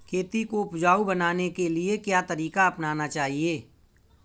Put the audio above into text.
खेती को उपजाऊ बनाने के लिए क्या तरीका अपनाना चाहिए?